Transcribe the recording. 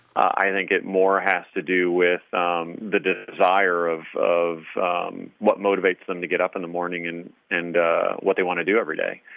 i think it more has to do with the desire of of what motivates them to get up in the morning and and what they want to do every day.